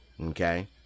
okay